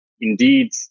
indeed